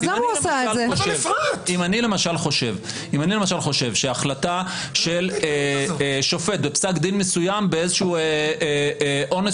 אם אני למשל חושב שהחלטה של שופט בפסק דין מסוים באיזשהו אונס